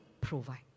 provide